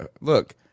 Look